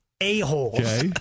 a-holes